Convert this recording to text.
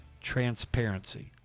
transparency